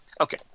Okay